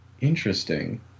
interesting